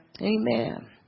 amen